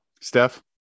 steph